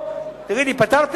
או עד שתגיד לי: פתרתי,